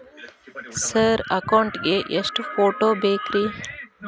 Sir account ಗೇ ಎಷ್ಟು photo ಬೇಕ್ರಿ?